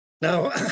Now